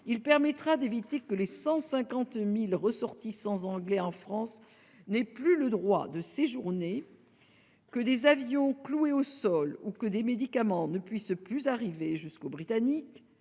Il permettra d'éviter que les 150 000 ressortissants anglais en France n'aient plus le droit de séjourner, que des avions ne soient cloués au sol ou que des médicaments ne puissent plus arriver jusqu'aux Britanniques,